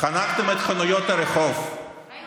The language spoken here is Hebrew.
חנקתם את חנויות הרחוב, את